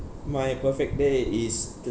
my perfect day is to